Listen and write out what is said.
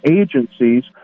agencies